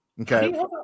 Okay